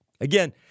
again